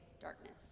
darkness